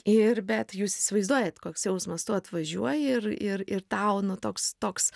ir bet jūs įsivaizduojat koks jausmas tu atvažiuoji ir ir ir tau nu toks toks